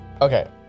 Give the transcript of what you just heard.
okay